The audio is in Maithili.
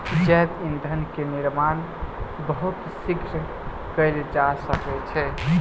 जैव ईंधन के निर्माण बहुत शीघ्र कएल जा सकै छै